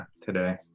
today